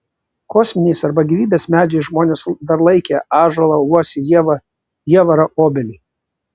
kosminiais arba gyvybės medžiais žmonės dar laikę ąžuolą uosį ievą jievarą obelį